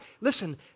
Listen